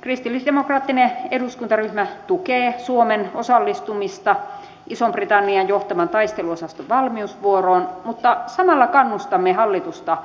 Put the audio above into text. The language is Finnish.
kristillisdemokraattinen eduskuntaryhmä tukee suomen osallistumista ison britannian johtaman taisteluosaston valmiusvuoroon mutta samalla kannustamme hallitusta